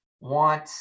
want